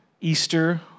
Easter